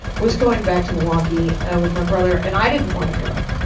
was going back to milwaukee with my brother. and i didn't want to go.